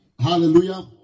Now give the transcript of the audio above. Hallelujah